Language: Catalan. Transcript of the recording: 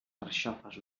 carxofes